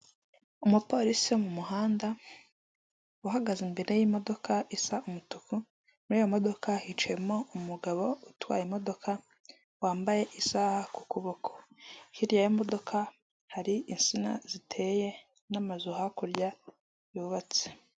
Umupolisi wo mu muhanda, uhagaze imbere y'imodoka isa umutuku, muri iyo modoka hicayemo umugabo utwaye imodoka wambaye isaha ku kuboko, hirya yiyo modoka hari insina ziteye n'amazu hakurya yubatse.